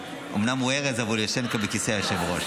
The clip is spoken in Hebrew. אומנם הוא ארז, אבל הוא יושב פה בכיסא היושב-ראש.